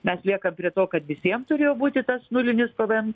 mes liekam prie to kad visiem turėjo būti tas nulinis pvm